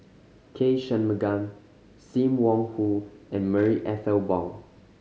K Shanmugam Sim Wong Hoo and Marie Ethel Bong